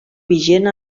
vigent